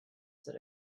said